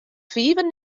fiven